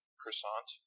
croissant